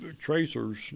tracers